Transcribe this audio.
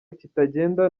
kitagenda